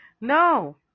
No